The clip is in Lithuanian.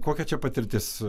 kokia čia patirtis